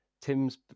Tim's